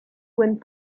went